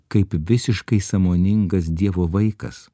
kaip visiškai sąmoningas dievo vaikas